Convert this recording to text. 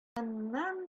моннан